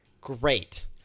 great